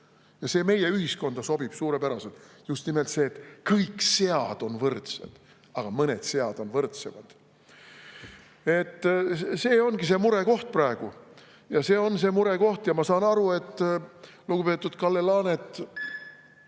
Ja see meie ühiskonda sobib suurepäraselt. Just nimelt see, et kõik sead on võrdsed, aga mõned sead on võrdsemad. See ongi praegu murekoht. See on murekoht! Ma saan aru, et lugupeetud Kalle Laanet